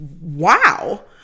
wow